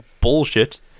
bullshit